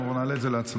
אנחנו נעלה את זה להצבעה.